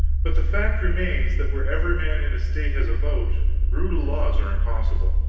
but the fact remains that where every man in a state has a vote, brutal laws are impossible.